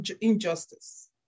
injustice